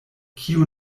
kiu